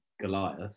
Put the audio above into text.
Goliath